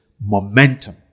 momentum